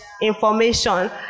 information